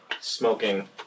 smoking